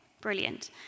brilliant